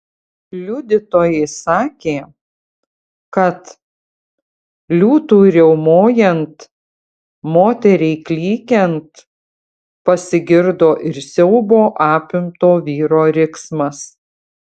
liudytojai sakė kad liūtui riaumojant moteriai klykiant pasigirdo ir siaubo apimto vyro riksmas